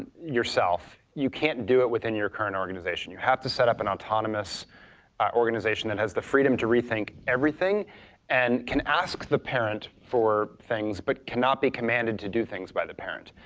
and yourself, you can't do it within your current organization. you have to set up an autonomous organization that has the freedom to rethink everything and can ask the parent for things, but cannot be commanded to do things by the parent,